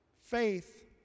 faith